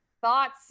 thoughts